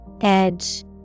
Edge